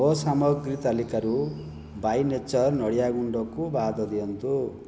ମୋ ସାମଗ୍ରୀ ତାଲିକାରୁ ବାଏ ନେଚର୍ ନଡ଼ିଆ ଗୁଣ୍ଡକୁ ବାଦ ଦିଅନ୍ତୁ